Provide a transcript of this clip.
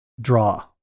draw